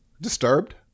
Disturbed